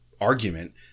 argument